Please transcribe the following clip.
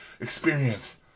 experience